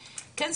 כן,